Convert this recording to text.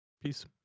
Peace